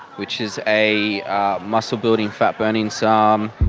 which is a muscle-building, fat-burning sarm.